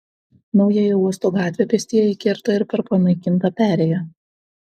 naująją uosto gatvę pėstieji kerta ir per panaikintą perėją